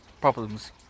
problems